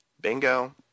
Bingo